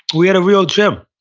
we had a real gym.